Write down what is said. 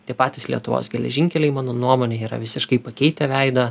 tie patys lietuvos geležinkeliai mano nuomone yra visiškai pakeitę veidą